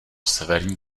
severní